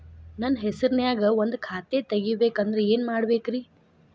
ನನ್ನ ಹೆಸರನ್ಯಾಗ ಒಂದು ಖಾತೆ ತೆಗಿಬೇಕ ಅಂದ್ರ ಏನ್ ಮಾಡಬೇಕ್ರಿ?